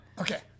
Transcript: Okay